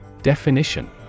Definition